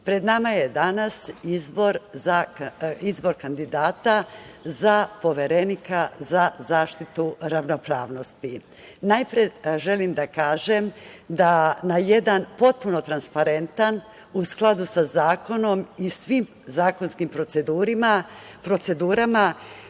pred nama je danas izbor kandidata za Poverenika za zaštitu ravnopravnosti. Najpre želim da kažem da na jedan potpuno transparentan, u skladu sa zakonom i svim zakonskim procedurama,